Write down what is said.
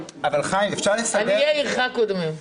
עניי עירך קודמים.